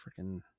freaking